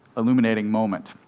illuminating moment.